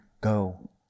go